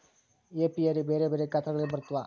apiary ಬೆರೆ ಬೆರೆ ಗಾತ್ರಗಳಲ್ಲಿ ಬರುತ್ವ